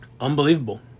Unbelievable